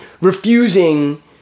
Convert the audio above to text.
refusing